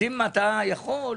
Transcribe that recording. אז אם אתה יכול,